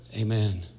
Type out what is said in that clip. Amen